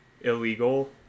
illegal